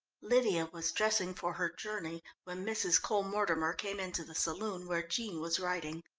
lydia was dressing for her journey when mrs. cole-mortimer came into the saloon where jean was writing.